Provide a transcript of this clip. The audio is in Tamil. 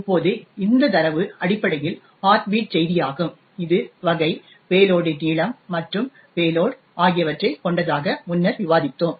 இப்போது இந்தத் தரவு அடிப்படையில் ஹார்ட் பீட் செய்தியாகும் இது வகை பேலோடின் நீளம் மற்றும் பேலோட் ஆகியவற்றைக் கொண்டதாக முன்னர் விவாதித்தோம்